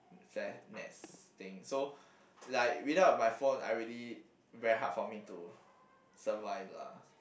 that Nets thing so like without my phone I really very hard for me to survive lah